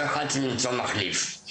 לא יכולתי למצוא מחליף.